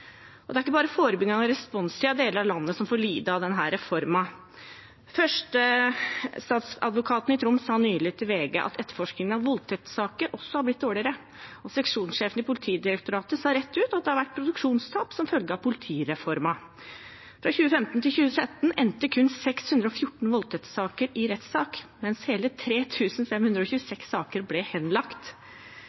nok. Det er ikke bare forebyggingen og responstiden i deler av landet som får lide på grunn av denne reformen. Førstestatsadvokaten i Troms sa nylig til VG at etterforskningen av voldtektssaker også har blitt dårligere, og seksjonssjefen i Politidirektoratet sa rett ut at det har vært produksjonstap som følge av politireformen. Fra 2015 til 2017 endte kun 614 voldtektssaker i rettssak, mens hele 3 526 saker ble henlagt.